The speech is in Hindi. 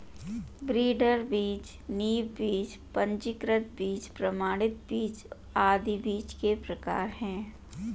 ब्रीडर बीज, नींव बीज, पंजीकृत बीज, प्रमाणित बीज आदि बीज के प्रकार है